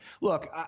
Look